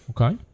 Okay